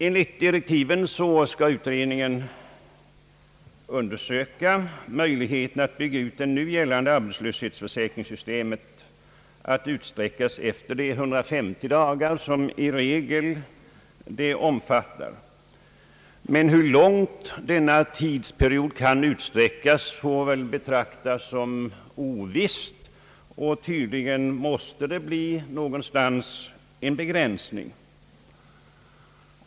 Enligt direktiven skall utredningen undersöka möjligheten att bygga ut det nu gällande arbetslöshetsförsäkringssystemet, så att skyddet kan omfatta längre tid än nuvarande 1530 dagar. Men hur långt denna tidsperiod kan utsträckas får väl betraktas som ovisst. Tydligen måste det sättas en gräns någonstans.